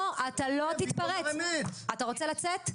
אתה רוצה לצאת?